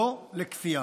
לא לכפייה.